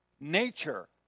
nature